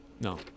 No